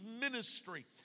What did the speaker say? ministry